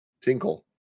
tinkle